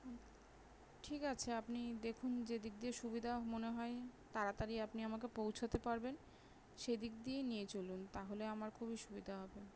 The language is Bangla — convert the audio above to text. ঠিক আছে আপনি দেখুন যে দিক দিয়ে সুবিধা মনে হয় তাড়াতাড়ি আপনি আমাকে পৌঁছোতে পারবেন সেদিক দিয়েই নিয়ে চলুন তাহলে আমার খুবই সুবিধা হবে